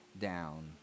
down